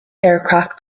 aircraft